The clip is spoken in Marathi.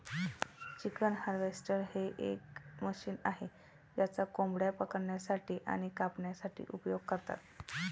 चिकन हार्वेस्टर हे एक मशीन आहे ज्याचा कोंबड्या पकडण्यासाठी आणि कापण्यासाठी उपयोग करतात